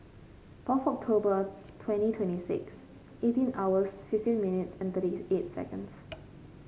fourth October twenty twenty six eighteen hours fifteen minutes and thirty eight seconds